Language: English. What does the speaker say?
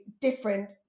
different